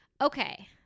Okay